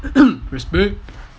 respect